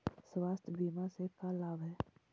स्वास्थ्य बीमा से का लाभ है?